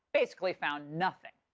basically found nothing.